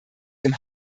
dem